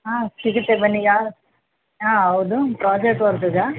ಹಾಂ ಸಿಗುತ್ತೆ ಬನ್ನಿ ಯಾವ ಹಾಂ ಹೌದು ಪ್ರಾಜೆಕ್ಟ್ ವರ್ಕ್ಗಾ